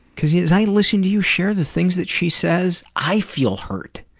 cause yeah as i listen to you share the things that she says, i feel hurt.